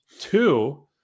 Two